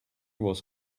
was